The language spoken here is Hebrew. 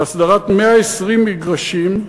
להסדרת 120 מגרשים,